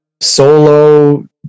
solo